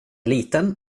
liten